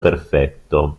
perfetto